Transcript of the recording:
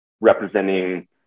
representing